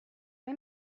های